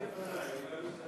אפילו לפני, אני מוכן להתחלף אתך.